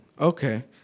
Okay